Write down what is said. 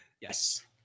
yes